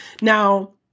Now